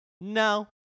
No